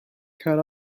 cut